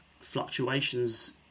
fluctuations